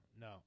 No